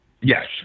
Yes